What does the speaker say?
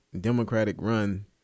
Democratic-run